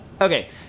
Okay